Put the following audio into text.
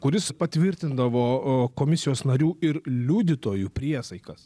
kuris patvirtindavo komisijos narių ir liudytojų priesaikas